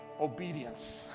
obedience